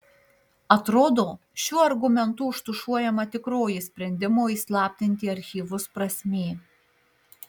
atrodo šiuo argumentu užtušuojama tikroji sprendimo įslaptinti archyvus prasmė